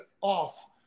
off